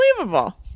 Unbelievable